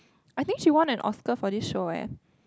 I think she won an Oscar for this show eh